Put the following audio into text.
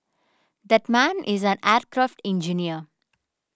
that man is an aircraft engineer